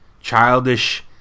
childish